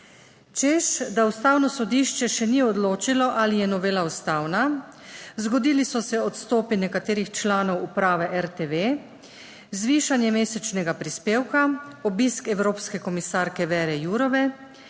češ da Ustavno sodišče še ni odločilo, ali je novela ustavna. Zgodili so se odstopi nekaterih članov uprave RTV, zvišanje mesečnega prispevka, obisk evropske komisarke Vere Jourove,